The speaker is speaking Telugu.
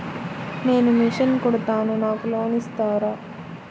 నేను మిషన్ కుడతాను నాకు లోన్ ఇస్తారా?